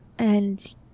And